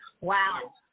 Wow